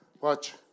Watch